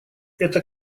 это